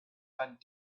that